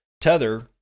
Tether